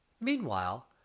Meanwhile